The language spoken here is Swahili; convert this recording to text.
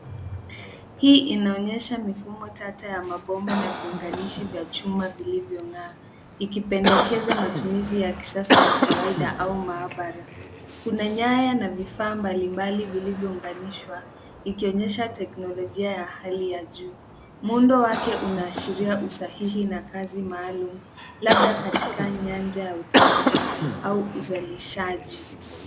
Hii inaonyesha mifumo tata ya mabomba na viunganishi vya chuma vilivyong'aa ikipendekeza matumizi ya kisasa ya kawaida au maabara. Kuna nyaya na vifaa mbalimbali vilivyounganishwa ikionyesha teknolojia ya hali ya juu. Muundo wake unaashiria usahihi na kazi maalum labda katika nyanja ya utafiti au uzalishaji.